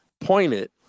pointed